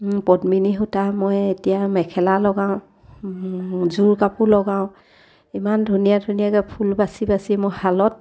পদ্মিনী সূতা মই এতিয়া মেখেলা লগাওঁ যোৰ কাপোৰ লগাওঁ ইমান ধুনীয়া ধুনীয়াকৈ ফুল বাচি বাচি মই শালত